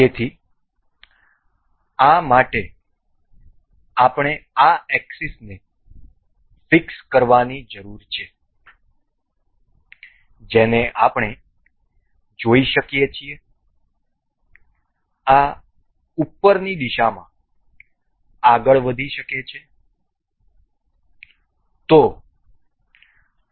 તેથી આ માટે આપણે આ એક્સિસને ફિક્સ કરવાની જરૂર છે જેને આપણે જોઈ શકીએ છીએ આ ઉપરની દિશામાં આગળ વધી શકે છે